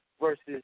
versus